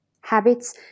Habits